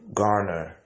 garner